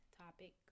topic